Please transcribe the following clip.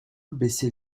baissait